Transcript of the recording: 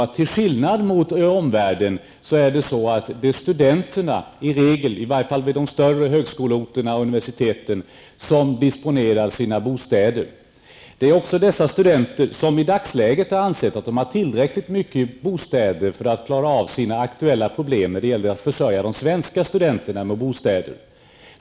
Till skillnad mot omvärlden är det i regel vid de större högskoleorterna och universiteten studenterna som disponerar över bostäderna. Det är också dessa studenter som i dagsläget anser att det finns tillräckligt många bostäder för att de skall kunna försörja de svenska studenterna med bostäder.